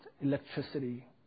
electricity